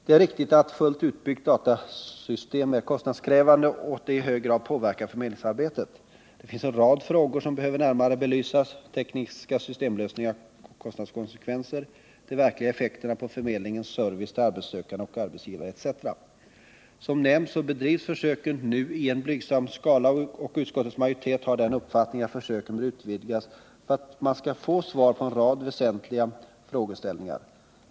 Det är riktigt att ett fullt utbyggt datasystem är kostnadskrävande och att det i hög grad påverkar förmedlingsarbetet. Det finns en rad frågor som behöver närmare belysas — tekniska systemlösningar och kostnadskonsekvenser, de verkliga effekterna på förmedlingens service till arbetssökande och arbetsgivare etc. Som nämnts bedrivs försöken nu i blygsam skala, och utskottets majoritet har den uppfattningen att försöken bör utvidgas för att man skall få svar på en rad väsentliga frågor.